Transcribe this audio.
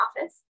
office